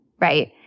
right